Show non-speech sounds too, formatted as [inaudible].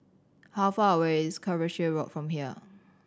how far away is [unintelligible] Road from here